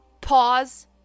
Pause